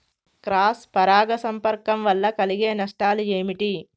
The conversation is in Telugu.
క్రాస్ పరాగ సంపర్కం వల్ల కలిగే నష్టాలు ఏమిటి?